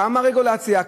כמה רגולציה,